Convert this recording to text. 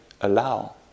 allow